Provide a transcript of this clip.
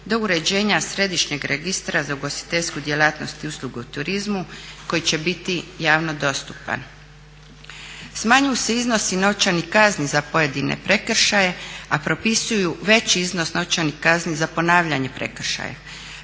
do uređenja središnjeg registra za ugostiteljsku djelatnost i uslugu u turizmu koji će biti javno dostupan. Smanjuju se iznosi novčanih kazni za pojedine prekršaje a propisuju veći iznos novčanih kazni za ponavljanje prekršaja.